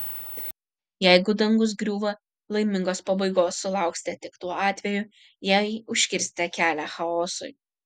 jeigu dangus griūva laimingos pabaigos sulauksite tik tuo atveju jei užkirsite kelią chaosui